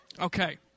Okay